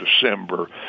December